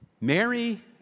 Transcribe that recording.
Mary